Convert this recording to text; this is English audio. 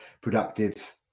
productive